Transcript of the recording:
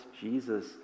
Jesus